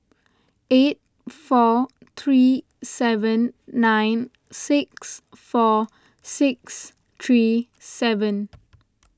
eight four three seven nine six four six three seven